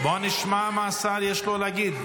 בואו נשמע מה יש לשר להגיד.